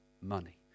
money